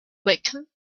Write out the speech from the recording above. blackened